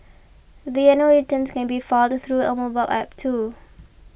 the annual returns can be filed through a mobile app too